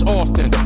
often